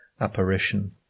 apparition